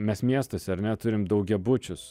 mes miestuose ar ne turim daugiabučius